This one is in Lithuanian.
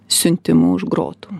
siuntimu už grotų